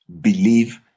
Believe